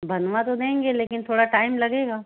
बनवा तो देंगे लेकिन थोड़ा टाइम लगेगा